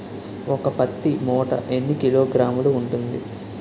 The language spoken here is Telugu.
ఒక పత్తి మూట ఎన్ని కిలోగ్రాములు ఉంటుంది?